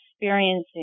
experiencing